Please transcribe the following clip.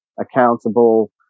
accountable